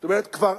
זאת אומרת, כבר